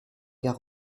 gares